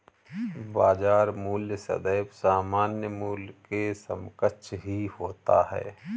बाजार मूल्य सदैव सामान्य मूल्य के समकक्ष ही होता है